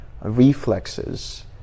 reflexes